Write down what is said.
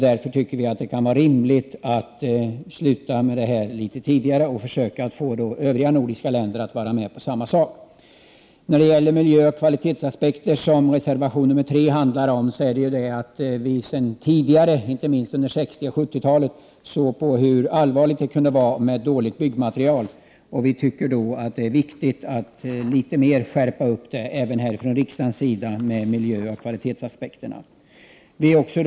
Därför tycker vi att det vore rimligt att upphöra litet tidigare med den föreslagna ordningen och att försöka få de övriga nordiska länderna att vidta motsvarande åtgärder. Reservation 3 handlar om miljöoch kvalitetsaspekterna. Vi har tidigare, inte minst på 60 och 70-talet, sett hur allvarligt det kunde vara med dåligt byggmaterial. Vi tycker att det är viktigt med en skärpning när det gäller miljöoch kvalitetsaspekter även från riksdagens sida.